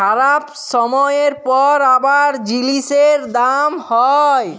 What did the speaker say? খারাপ ছময়ের পর আবার জিলিসের দাম হ্যয়